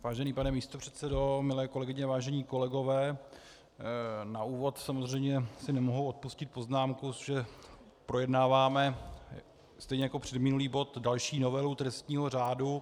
Vážený pane místopředsedo, milé kolegyně, vážení kolegové, na úvod samozřejmě si nemohu odpustit poznámku, že projednáváme stejně jako předminulý bod další novelu trestního řádu.